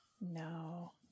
no